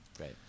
Right